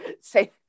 say